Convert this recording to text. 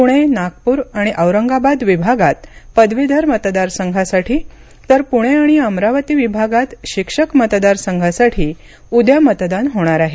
पुणे नागपूर आणि औरंगाबाद विभागात पदवीधर मतदार संघासाठी तर पुणे आणि अमरावती विभाग शिक्षक मतदार संघासाठी उद्या मतदान होणार आहे